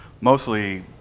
mostly